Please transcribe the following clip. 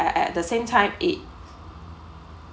at at the same time it